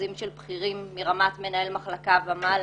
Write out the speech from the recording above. החוזים של בכירים מרמת מנהל מחלקה ומעלה,